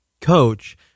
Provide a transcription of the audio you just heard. coach